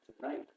tonight